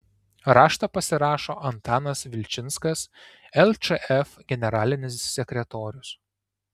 raštą pasirašo antanas vilčinskas lčf generalinis sekretorius